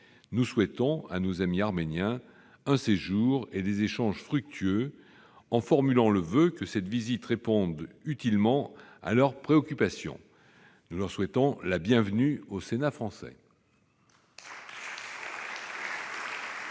Nous souhaitons à nos amis arméniens un séjour et des échanges fructueux, en formulant le voeu que cette visite réponde utilement à leurs préoccupations. Nous leur souhaitons la bienvenue au Sénat français